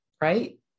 right